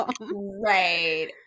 Right